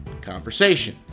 conversation